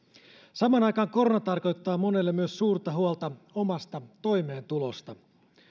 samaan aikaan korona tarkoittaa monelle myös suurta huolta omasta toimeentulosta